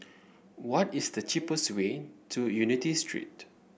what is the cheapest way to Unity Street